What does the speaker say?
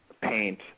paint